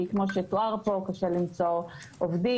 כי כמו שתואר פה קשה למצוא עובדים.